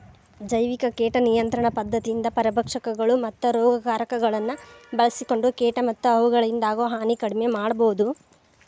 ಜೈವಿಕ ಕೇಟ ನಿಯಂತ್ರಣ ಪದ್ಧತಿಯಿಂದ ಪರಭಕ್ಷಕಗಳು, ಮತ್ತ ರೋಗಕಾರಕಗಳನ್ನ ಬಳ್ಸಿಕೊಂಡ ಕೇಟ ಮತ್ತ ಅವುಗಳಿಂದಾಗೋ ಹಾನಿ ಕಡಿಮೆ ಮಾಡಬೋದು